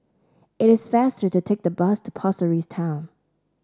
it is faster to take the bus to Pasir Ris Town